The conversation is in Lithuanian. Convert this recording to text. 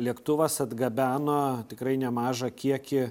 lėktuvas atgabeno tikrai nemažą kiekį